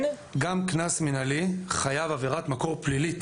גם קנס מינהלי חייב עבירת מקור פלילית.